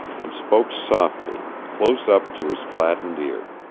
and spoke softly, close up to his flattened ear.